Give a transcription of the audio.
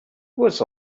was